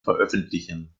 veröffentlichen